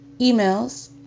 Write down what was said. emails